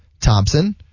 Thompson